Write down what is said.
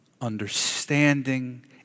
understanding